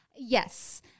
Yes